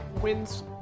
wins